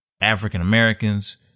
African-Americans